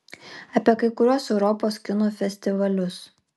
apie kai kuriuos europos kino festivalius